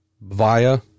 via